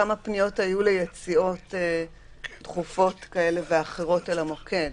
כמה פניות היו ליציאות דחופות כאלה ואחרות למוקד?